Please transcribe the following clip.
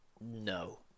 No